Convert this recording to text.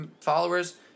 followers